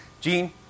Gene